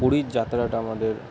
পুরীর যাত্রাটা আমাদের